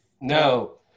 No